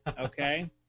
Okay